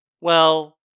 Well-